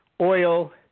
oil